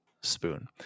spoon